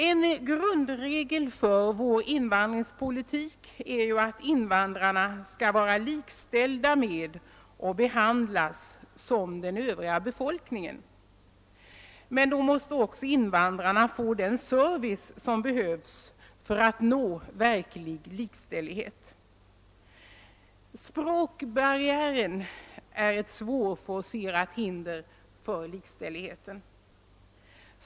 En grundregel för vår invandringspolitik är att invandrarna skall vara likställda med och behandlas som den övriga befolkningen, men då måste invandrarna också få den service som de behöver för att nå verklig likställighet. Språkbarriären är ett svårforcerat hinder för likställigheten.